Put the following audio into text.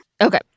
Okay